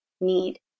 need